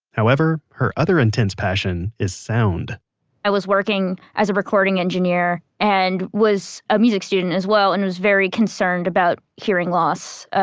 however, her other intense passion is sound i was working as a recording engineer and was a music student as well and was very concerned about hearing loss.